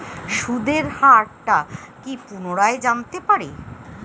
সুদের হার টা কি পুনরায় জানতে পারি?